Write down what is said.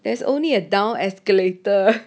there's only a down escalator